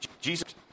Jesus